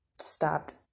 Stopped